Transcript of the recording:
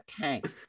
tank